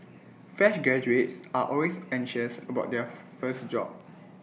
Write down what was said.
fresh graduates are always anxious about their first job